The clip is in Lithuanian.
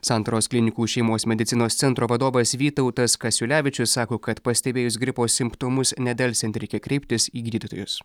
santaros klinikų šeimos medicinos centro vadovas vytautas kasiulevičius sako kad pastebėjus gripo simptomus nedelsiant reikia kreiptis į gydytojus